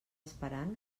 esperant